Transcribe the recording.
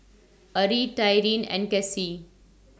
Ari Tyrin and Kasie